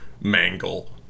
mangle